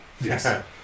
yes